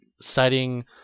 citing